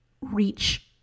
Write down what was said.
reach